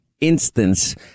instance